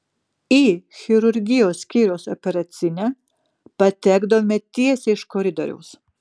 į chirurgijos skyriaus operacinę patekdavome tiesiai iš koridoriaus